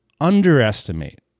underestimate